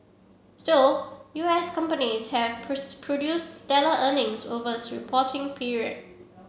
still U S companies have produced stellar earnings over reporting period